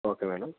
okay madam